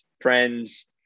friends